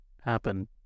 happen